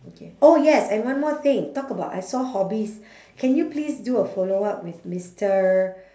okay oh yes and one more thing talk about I saw hobbies can you please do a follow-up with mister